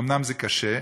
אומנם זה קשה,